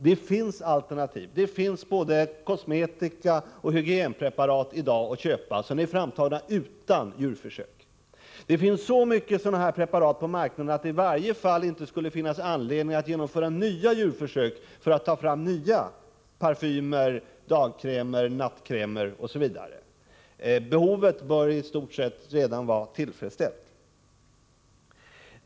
Det finns alternativ. Det finns både kosmetika och hygienpreparat att köpa i dag som är framtagna utan plågsamma djurförsök. Det finns så många preparat att det i varje fall inte skulle finnas anledning att genomföra djurförsök för att ta fram nya parfymer, dagkrämer, nattkrämer osv. Behovet bör i stort sett redan vara tillfredsställt.